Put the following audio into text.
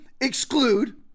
exclude